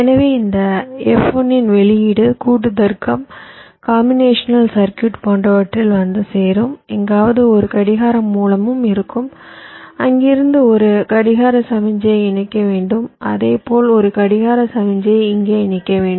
எனவே இந்த F1 இன் வெளியீடு கூட்டு தர்க்கம் காம்பினேஷனல் சர்க்யூட் போன்றவற்றில் வந்து சேரும் எங்காவது ஒரு கடிகார மூலமும் இருக்கும் அங்கிருந்து ஒரு கடிகார சமிக்ஞையை இணைக்க வேண்டும் அதே போல் ஒரு கடிகார சமிக்ஞை இங்கே இணைக்க வேண்டும்